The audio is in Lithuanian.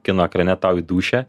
kino ekrane tau į dūšią